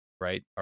right